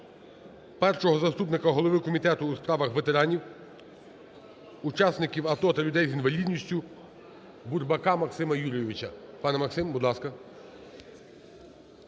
першого заступника голови Комітету у справах ветеранів, учасників АТО та людей з інвалідністюБурбака Максима Юрійовича. Пане Максим, будь ласка.